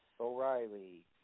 O'Reilly